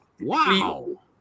wow